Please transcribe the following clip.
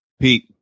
Pete